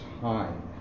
time